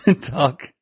talk